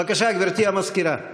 בבקשה, גברתי המזכירה.